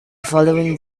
following